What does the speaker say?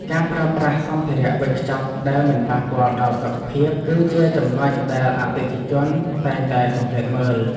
ការប្រើប្រាស់សម្ភារៈវេចខ្ចប់ដែលមិនប៉ះពាល់ដល់សុខភាព គឺជាចំណុចដែលអតិថិជនតែងតែសង្កេតមើល។